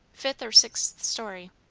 fifth or sixth story.